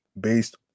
based